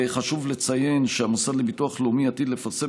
חשוב לציין שהמוסד לביטוח לאומי עתיד לפרסם